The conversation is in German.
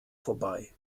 vorbei